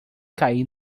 caí